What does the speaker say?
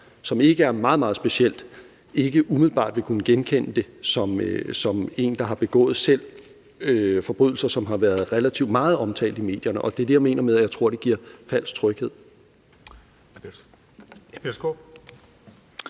som ikke er meget, meget specielt, ikke umiddelbart vil kunne genkende det som en, der har begået selv forbrydelser, som har været relativt meget omtalt i medierne. Det er det, jeg mener med, at jeg tror, det giver falsk tryghed.